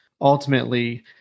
ultimately